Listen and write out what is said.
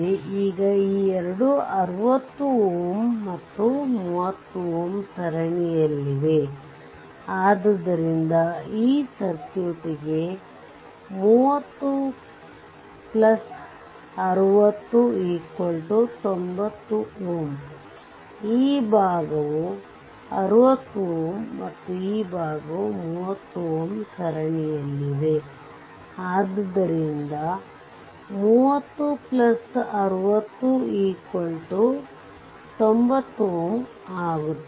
ಈಗ ಈ ಎರಡು 60 Ω ಮತ್ತು 30Ω ಸರಣಿಯಲ್ಲಿವೆ ಆದ್ದರಿಂದ ಈ ಸರ್ಕ್ಯೂಟ್ಗೆ 30 60 90 Ω ಈ ಭಾಗವು 60Ω ಮತ್ತು 30Ω ಸರಣಿಯಲ್ಲಿದೆ ಆದುದರಿಂದ 30 60 90 Ω ಆಗುತ್ತದೆ